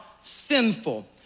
sinful